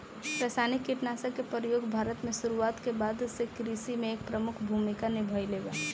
रासायनिक कीटनाशक के प्रयोग भारत में शुरुआत के बाद से कृषि में एक प्रमुख भूमिका निभाइले बा